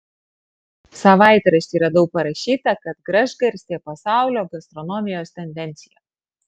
savaitrašty radau parašyta kad gražgarstė pasaulio gastronomijos tendencija